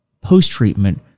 post-treatment